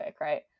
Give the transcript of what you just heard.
Right